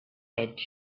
edge